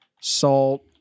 salt